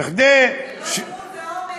זה לא הימור, זה אומץ.